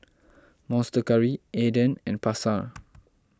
Monster Curry Aden and Pasar